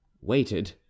waited